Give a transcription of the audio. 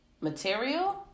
material